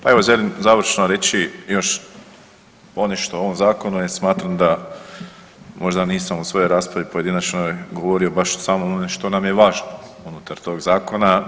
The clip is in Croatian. Pa evo želim završno reći još ponešto o ovom zakonu jer smatram da možda nisam u svojoj raspravi pojedinačnoj govorio baš samo o onome što nam je važno unutar tog zakona.